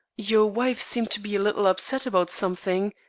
your wife seemed to be a little upset about something.